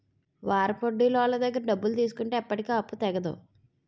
వారాపొడ్డీలోళ్ళ దగ్గర డబ్బులు తీసుకుంటే ఎప్పటికీ ఆ అప్పు తెగదు